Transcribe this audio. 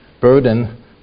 burden